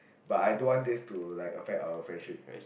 but I don't want this to like affect our friendship